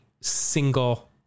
single